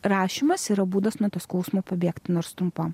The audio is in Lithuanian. rašymas yra būdas nuo to skausmo pabėgti nors trumpam